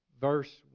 Verse